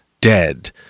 dead